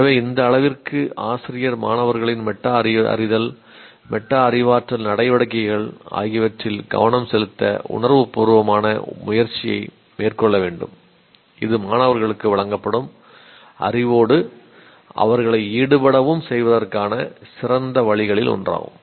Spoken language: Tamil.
எனவே இந்த அளவிற்கு ஆசிரியர் மாணவர்களின் மெட்டா அறிதல் மெட்டா அறிவாற்றல் நடவடிக்கைகள் ஆகியவற்றில் கவனம் செலுத்த உணர்வுபூர்வமான முயற்சியை மேற்கொள்ள வேண்டும் இது மாணவர்களுக்கு வழங்கப்படும் அறிவோடு அவர்களை ஈடுபடவும் செய்வதற்கான சிறந்த வழிகளில் ஒன்றாகும்